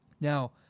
Now